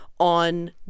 On